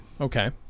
Okay